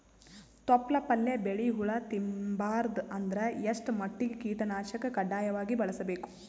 ತೊಪ್ಲ ಪಲ್ಯ ಬೆಳಿ ಹುಳ ತಿಂಬಾರದ ಅಂದ್ರ ಎಷ್ಟ ಮಟ್ಟಿಗ ಕೀಟನಾಶಕ ಕಡ್ಡಾಯವಾಗಿ ಬಳಸಬೇಕು?